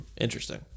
interesting